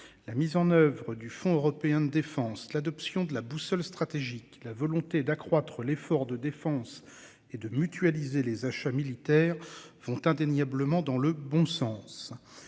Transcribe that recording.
La mise en oeuvre du Fonds européen de défense, l'adoption de la boussole stratégique, la volonté d'accroître l'effort de défense et de mutualiser les achats militaires vont indéniablement dans le bon sens.